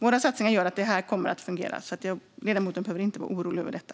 Våra satsningar gör att det här kommer att fungera. Ledamoten behöver inte vara orolig för detta.